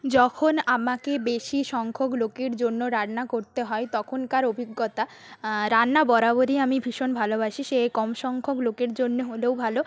যখন আমাকে বেশি সংখ্যক লোকের জন্য রান্না করতে হয় তখনকার অভিজ্ঞতা রান্না বরাবরই আমি ভীষণ ভালোবাসি সে কম সংখ্যক লোকের জন্যে হলেও ভালো